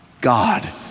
God